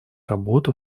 работу